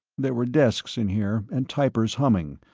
there were desks in here, and typers humming,